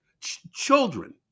children